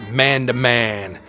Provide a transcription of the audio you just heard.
man-to-man